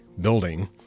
building